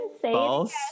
False